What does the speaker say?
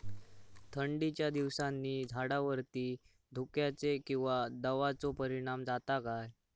थंडीच्या दिवसानी झाडावरती धुक्याचे किंवा दवाचो परिणाम जाता काय?